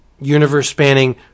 universe-spanning